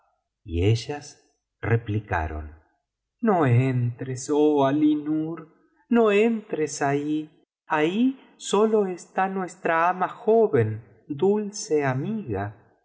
y ellas replicaron no entres oh alí nur no entres ahí ahí sólo está nuestra ama joven dulce amiga